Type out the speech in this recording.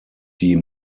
die